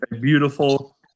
beautiful